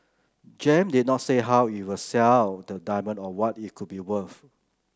Gem did not say how it will sell the diamond or what it could be worth